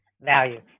value